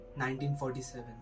1947